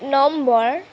number